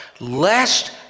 lest